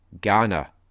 Ghana